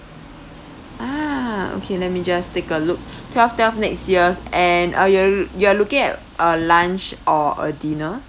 ah okay let me just take a look twelve twelve next years and uh you you are looking at a lunch or a dinner